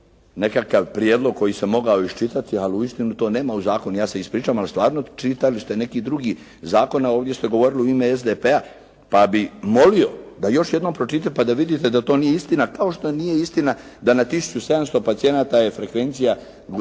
nekakav prijedlog koji se mogao iščitati, ali uistinu to nema u zakonu, ja se ispričavam, ali stvarno čitali ste neki drugi zakon, a ovdje ste govorili u ime SDP-a pa bih molio da još jednom pročitate pa da vidite da to nije istina, kao što nije istina da na 1 700 pacijenata je frekvencija